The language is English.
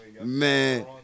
Man